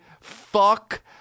Fuck